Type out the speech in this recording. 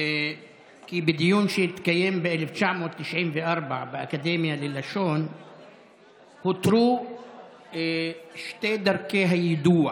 כי בדיון שהתקיים ב-1994 באקדמיה ללשון הותרו שתי דרכי היידוע: